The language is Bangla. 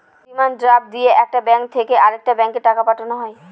ডিমান্ড ড্রাফট দিয়ে একটা ব্যাঙ্ক থেকে আরেকটা ব্যাঙ্কে টাকা পাঠানো হয়